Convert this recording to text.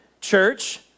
Church